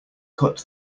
cut